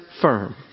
firm